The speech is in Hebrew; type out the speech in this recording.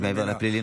אבל יש מעבר לפלילי,